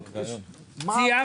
<< סיום >> הישיבה ננעלה בשעה 12:30. << סיום >>